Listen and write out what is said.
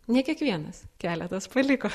ne kiekvienas keletas paliko